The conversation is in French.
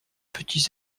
petits